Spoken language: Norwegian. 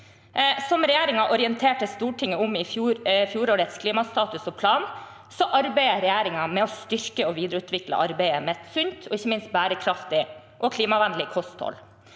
Som regjeringen orienterte Stortinget om i fjorårets klimastatus og plan, arbeider regjeringen med å styrke og videreutvikle arbeidet med et sunt og ikke minst bærekraftig og klimavennlig kosthold.